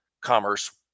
commerce